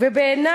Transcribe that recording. ובעיני